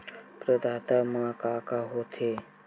प्रदाता मा का का हो थे?